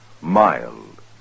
mild